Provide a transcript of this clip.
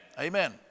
Amen